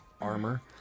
armor